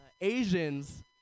Asians